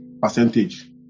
Percentage